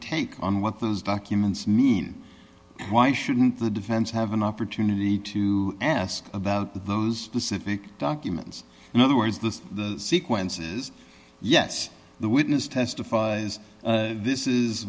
take on what those documents mean why shouldn't the defense have an opportunity to ask about those pacific documents in other words the sequences yes the witness testify this is